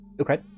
okay